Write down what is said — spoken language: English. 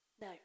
No